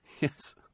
Yes